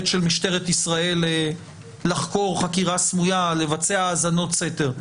של משטרת ישראל לחקור חקירה סמויה ולבצע האזנות סתר.